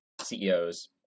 CEOs